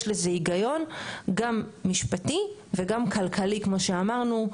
יש לזה היגיון גם משפטי וגם כלכלי כמו שאמרנו,